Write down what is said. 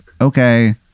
okay